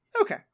okay